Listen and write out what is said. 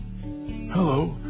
Hello